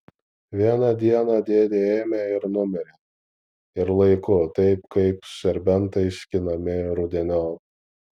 vieną dieną dėdė ėmė ir numirė ir laiku taip kaip serbentai skinami rudeniop